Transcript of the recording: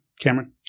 Cameron